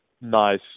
nice